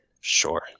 Sure